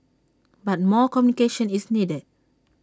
but more communication is needed